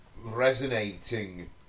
resonating